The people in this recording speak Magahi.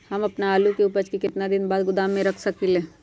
हम अपन आलू के ऊपज के केतना दिन बाद गोदाम में रख सकींले?